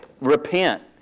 Repent